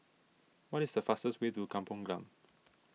what is the fastest way to Kampong Glam